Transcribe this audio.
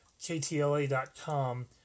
KTLA.com